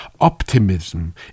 Optimism